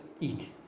eat